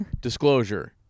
Disclosure